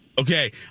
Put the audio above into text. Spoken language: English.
Okay